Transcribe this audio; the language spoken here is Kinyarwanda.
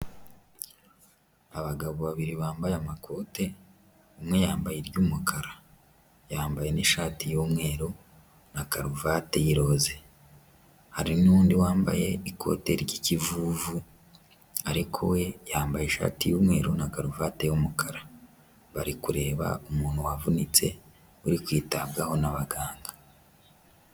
Abagabo babiri bambaye amakote, umwe yambaye iry'umukara, yambaye n'ishati y'umweru na karuvati y'irose, hari n'undi wambaye ikote ry'ikivuvu ariko we yambaye ishati y'umweru na karuvati y'umukara , bari kureba umuntu wavunitse uri kwitabwaho n'abaganga.